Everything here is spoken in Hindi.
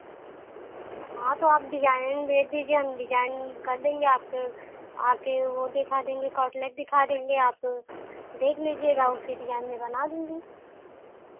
हाँ तो आप डिजाइन भेज दीजिए हम डिजाइन कर देंगे आपको आकर वह दिखा देंगे वह आउटलेट दिखा देंगे आप देख लीजिएगा उसी डिजाइन में बना दूँगी